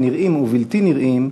נראים ובלתי נראים,